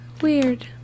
Weird